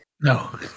No